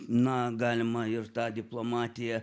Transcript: na galima ir tą diplomatiją